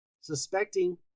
Suspecting